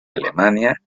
alemania